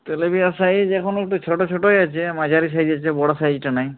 তেলাপিয়ার size এখন একটু ছোটো ছোটোই আছে মাঝারি সাইজ আছে বড়ো সাইজটা নাই